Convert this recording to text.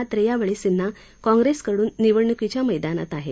मात्र यावेळी सिन्हा काँप्रेसकडून निवडणुकीच्या मैदानात आहेत